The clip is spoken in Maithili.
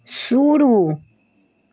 शुरू